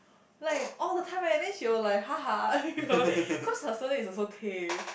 like all the time eh then she will like ha ha you know cause her surname is also tay